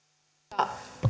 arvoisa